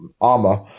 Armor